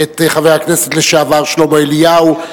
את חבר הכנסת לשעבר שלמה אליהו,